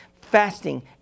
fasting